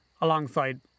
alongside